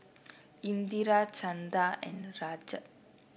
Indira Chanda and Rajat